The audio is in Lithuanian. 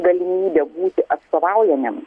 galimybė būti atstovaujamiem